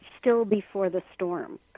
still-before-the-storm